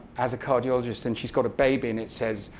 as a cardiologist. and she's got a baby. and it says,